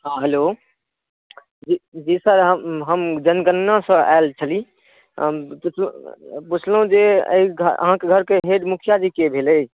हॅं हेल्लो जी सर हम जनगणना सॅं आयल छी पुछलहुॅं जे अहाॅंके घर के हेड मुखियाजी के भेलथि